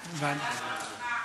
ועדה.